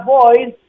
boys